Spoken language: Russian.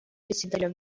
председателя